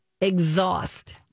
exhaust